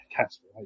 Casper